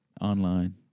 online